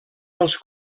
els